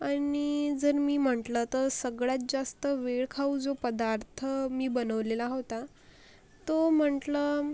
आनि जर मी म्हटलं तर सगळ्यात जास्त वेळखाऊ जो पदार्थ मी बनवलेला होता तो म्हटलं